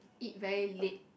eat very late